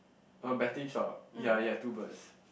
a betting shop ya ya two birds